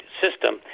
system